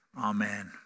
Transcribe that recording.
Amen